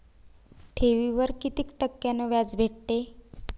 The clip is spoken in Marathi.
ठेवीवर कितीक टक्क्यान व्याज भेटते?